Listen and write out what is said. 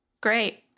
Great